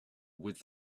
with